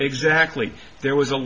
exactly there was a